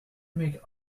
make